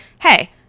hey